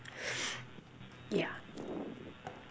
ya